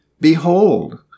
Behold